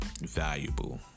valuable